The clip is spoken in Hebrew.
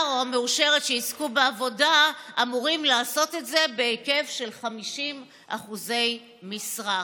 או המאושרת שיזכו בעבודה אמורים לעשות את זה בהיקף של 50% משרה.